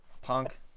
punk